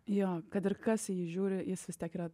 jo kad ir kas į jį žiūri jis vis tiek yra